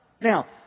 Now